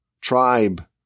tribe